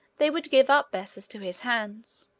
they would give up bessus to his hands.